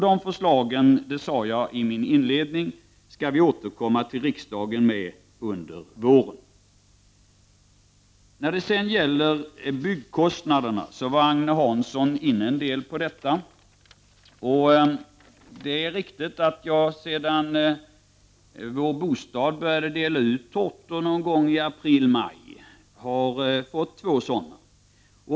Detta — det sade jag i min inledning — skall vi återkomma till riksdagen med under våren. Sedan var Agne Hansson inne på byggkostnaderna. Det är riktigt att jag sedan Vår Bostad började dela ut tårtor i april/maj fått två sådana.